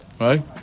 Right